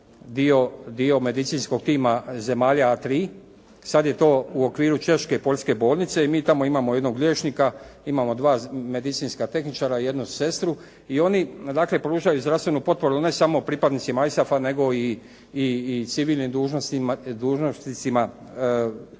dio medicinskog tima zemalja A3, sada je to u okviru češke i poljske bolnice i mi tamo imamo jednog liječnika, imamo dva medicinska tehničara i jednu sestru i oni dakle pružaju zdravstvenu potporu ne samo pripadnicima ISAF-a nego i civilnim dužnosnicima i